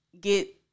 get